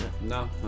no